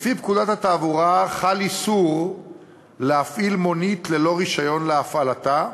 לפי פקודת התעבורה חל איסור להפעיל מונית ללא רישיון להפעלתה,